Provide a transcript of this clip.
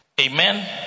Amen